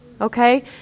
okay